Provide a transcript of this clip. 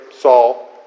Saul